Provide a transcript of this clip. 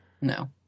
No